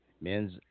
men's